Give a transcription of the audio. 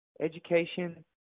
education